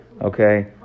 Okay